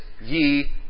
ye